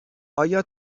آیا